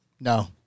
No